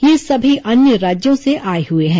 ये सभी अन्य राज्यों से आए हुए हैं